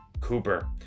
Cooper